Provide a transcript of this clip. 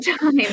time